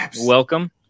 welcome